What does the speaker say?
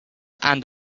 and